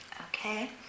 Okay